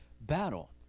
battle